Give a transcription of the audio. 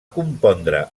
compondre